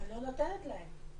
היא לא נותנת להם.